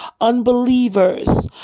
Unbelievers